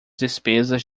despesas